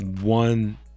one